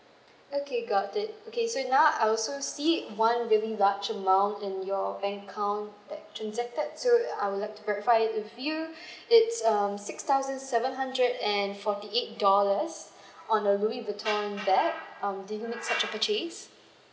okay got it okay so now I also see one really large amount in your bank account um that transacted so I would like to clarify with you it's um six thousand seven hundred and forty eight dollars on a louis vuitton bag um did you make such a purchase